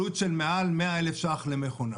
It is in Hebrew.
מעל 100,000 שקל למכונה.